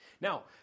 Now